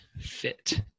fit